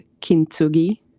kintsugi